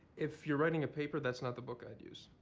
if you're writing a paper, that's not the book i'd use.